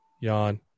yawn